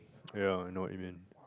ya no even